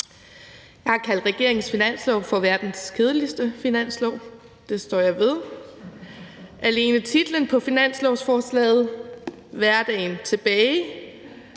Jeg har kaldt regeringens finanslov for verdens kedeligste finanslov, og det står jeg ved. Alene titlen på finanslovsforslaget, »Hverdagen tilbage